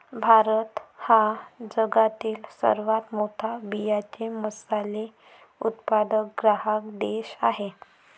भारत हा जगातील सर्वात मोठा बियांचे मसाले उत्पादक ग्राहक देश आहे